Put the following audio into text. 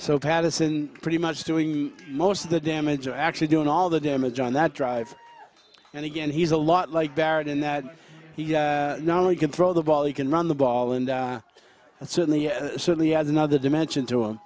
so patterson pretty much doing most of the damage or actually doing all the damage on that drive and again he's a lot like baron in that he not only can throw the ball he can run the ball and certainly he certainly has another dimension to him